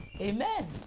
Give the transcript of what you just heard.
Amen